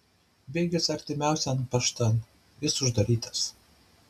bėgęs artimiausian paštan jis uždarytas